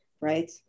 right